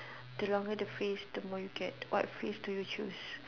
the longer the phrase the more you get what phrase do you choose